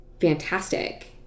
fantastic